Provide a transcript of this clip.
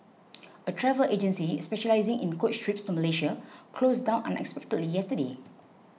a travel agency specialising in coach trips to Malaysia closed down unexpectedly yesterday